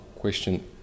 Question